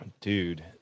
dude